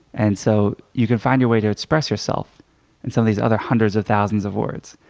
and so you can find your way to express yourself in some of these other hundreds of thousands of words.